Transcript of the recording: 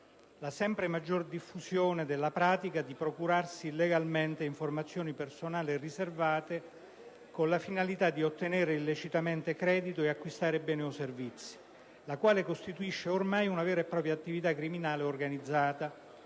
la sempre maggior diffusione della pratica di procurarsi illegalmente informazioni personali e riservate con la finalità di ottenere illecitamente credito e acquistare beni o servizi. Tale pratica costituisce ormai una vera e propria attività criminale organizzata.